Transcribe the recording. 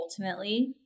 ultimately